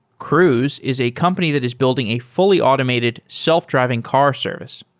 cruise is a company that is building a fully automated, self-driving car service.